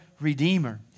Redeemer